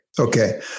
Okay